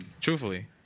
truthfully